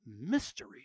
mystery